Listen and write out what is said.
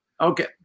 Okay